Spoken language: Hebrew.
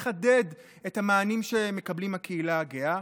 לחדד את המענים שמקבלת הקהילה הגאה.